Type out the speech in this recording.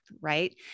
Right